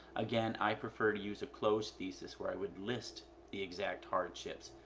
again, i prefer to use a close thesis where i would list the exact hardships.